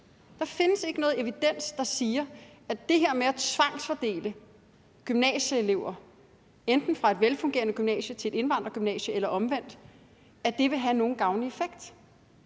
i, at der ikke findes evidens, der siger, at det her med at tvangsfordele gymnasieelever, enten fra et velfungerende gymnasie til et indvandrergymnasie eller omvendt, vil have nogen gavnlig effekt,